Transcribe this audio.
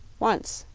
once,